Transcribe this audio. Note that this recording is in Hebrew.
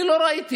אני לא ראיתי,